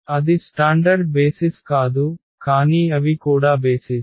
అది standard basis కాదు కానీ అవి కూడా బేసిస్